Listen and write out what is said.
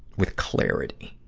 with clarity.